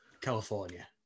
California